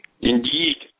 Indeed